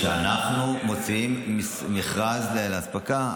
כשאנחנו מוציאים מכרז לאספקה,